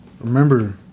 remember